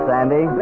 Sandy